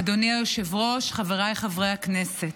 אדוני היושב-ראש, חבריי חברי הכנסת,